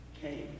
came